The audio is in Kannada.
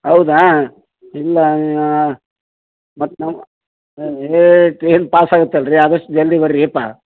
ಹೌದಾ ಇಲ್ಲ ಮತ್ತು ನಾವು ಟ್ರೈನ್ ಪಾಸ್ ಆಗತ್ತಲ್ಲರಿ ಆದಷ್ಟು ಜಲ್ದಿ ಬನ್ರಿಯಪ್ಪ